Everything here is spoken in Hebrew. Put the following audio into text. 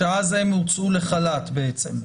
שהם הוצאו לחל"ת בעצם?